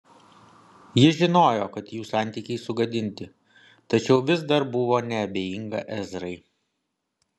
ji žinojo kad jų santykiai sugadinti tačiau vis dar buvo neabejinga ezrai